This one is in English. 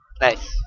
nice